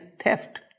theft